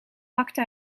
hakte